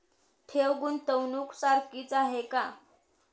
ठेव, गुंतवणूक सारखीच आहे का?